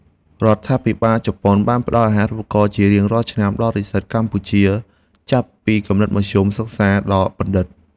រដ្ឋាភិបាលជប៉ុនបានផ្តល់អាហារូបករណ៍ជារៀងរាល់ឆ្នាំដល់និស្សិតកម្ពុជាចាប់ពីកម្រិតមធ្យមសិក្សាដល់បណ្ឌិត។